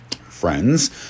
friends